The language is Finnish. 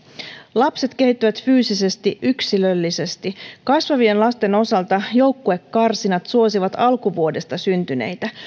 lapset kehittyvät fyysisesti yksilöllisesti kasvavien lasten osalta joukkuekarsinnat suosivat alkuvuodesta syntyneitä